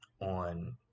on